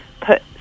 put